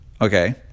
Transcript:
Okay